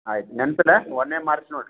ಆಯ್ತು ನೆನ್ಪಿರ್ಲಿ ಆಂ ಒಂದನೇ ಮಾರ್ಚ್ ನೋಡಿ ರೀ